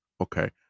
okay